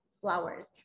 flowers